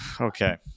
okay